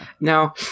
Now